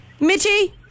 Mitchie